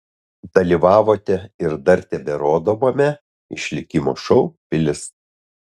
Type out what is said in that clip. dalyvavote ir dar teberodomame išlikimo šou pilis